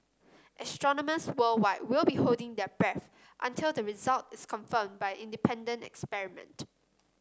astronomers worldwide will be holding their breath until the result is confirmed by independent experiment